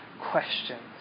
questions